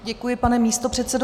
Děkuji, pane místopředsedo.